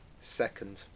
second